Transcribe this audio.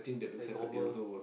like normal